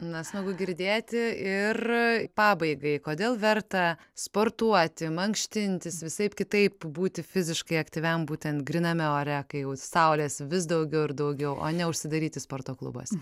na smagu girdėti ir pabaigai kodėl verta sportuoti mankštintis visaip kitaip būti fiziškai aktyviam būtent gryname ore kai jau saulės vis daugiau ir daugiau o ne užsidaryti sporto klubuose